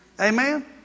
Amen